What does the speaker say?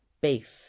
beef